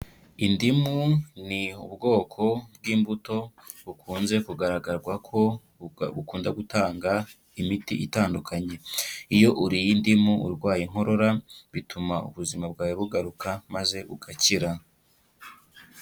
Indimu ni ubwoko bw'imbuto bukunze kugaragarwa ko bukunda gutanga imiti itandukanye, iyo uriye indimu urwaye inkorora bituma ubuzima bwawe bugaruka maze ugakira.